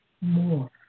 more